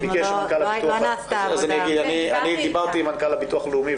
לא נעשתה עבודה --- אני דיברתי עם מנכ"ל הביטוח הלאומי,